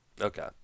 Okay